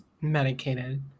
medicated